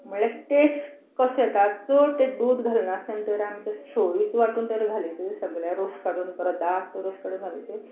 म्हणल्या टेट्स कसो येता चड तर दूद घालनासतना तर आमी सोईच वांटून जर घालीत सगल्या रोस काडून परत दाट रोस काडून घालीत